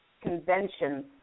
convention